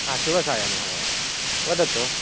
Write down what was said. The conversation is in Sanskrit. हा शुभसायं महोदय वदतु